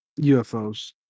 UFOs